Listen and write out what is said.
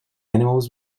animals